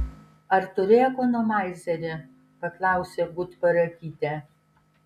ar turi ekonomaizerį paklausė gutparakytė